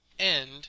end